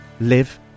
live